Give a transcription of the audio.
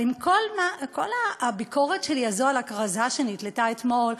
אבל עם כל הביקורת שלי הזאת על הכרזה שנתלתה אתמול,